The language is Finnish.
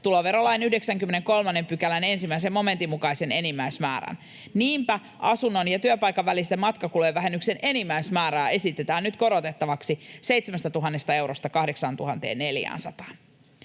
tuloverolain 93 §:n 1 momentin mukaisen enimmäismäärän. Niinpä asunnon ja työpaikan välisen matkakuluvähennyksen enimmäismäärää esitetään nyt korotettavaksi 7 000 eurosta 8 400:aan.